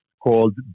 called